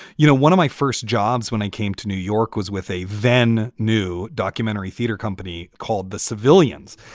you know, one of my first jobs when i came to new york was with a van. new documentary theatre company called the civilians.